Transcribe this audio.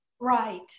right